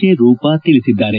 J Rupa ತಿಳಿಸಿದ್ದಾರೆ